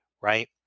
right